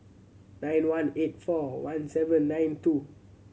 nine one eight four one seven nine two